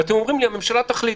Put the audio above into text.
ואתם אומרים לי: הממשלה תחליט.